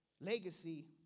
legacy